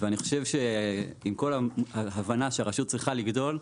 ואני חושב שעם כל ההבנה שהרשות צריכה לגדול,